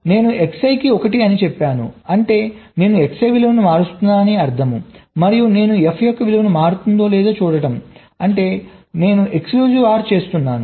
నేను Xi కి 1 అని చెప్పాను అంటే నేను Xi విలువను మారుస్తున్నాను అని అర్థం మరియు నేను f యొక్క విలువ మారుతుందో లేదో చూడటం అంటే నేను exclusive OR చేస్తున్నాను